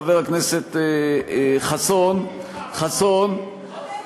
2. חבר הכנסת חסון, מה עושים?